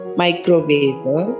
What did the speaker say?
microwave